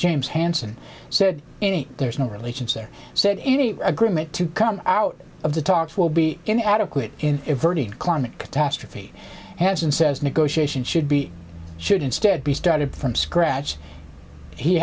james hansen said any there's no relations there said any agreement to come out of the talks will be inadequate in a climate catastrophe has and says negotiations should be should instead be started from scratch he